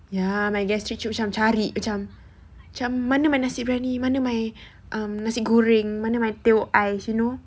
ya my gastric cari cari my um macam macam mana mana my nasi biryani mana my nasi goreng you know